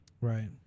Right